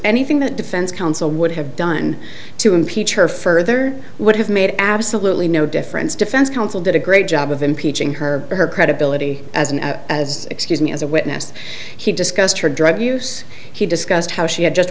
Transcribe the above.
anything that defense counsel would have done to impeach her further would have made absolutely no difference defense counsel did a great job of impeaching her or her credibility as an as excuse me as a witness he discussed her drug use he discussed how she had just